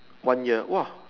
one year !wah!